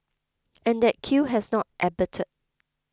and that queue has not abated